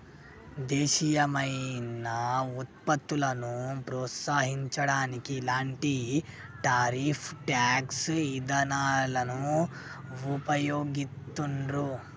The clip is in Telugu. దేశీయమైన వుత్పత్తులను ప్రోత్సహించడానికి ఇలాంటి టారిఫ్ ట్యేక్స్ ఇదానాలను వుపయోగిత్తండ్రు